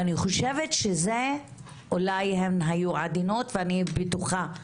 ואני חושבת אולי הן היו עדינות ואני בטוחה,